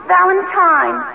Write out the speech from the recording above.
Valentine